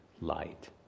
light